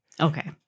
Okay